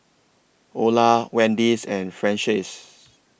Ola Wendis and Francies